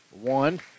One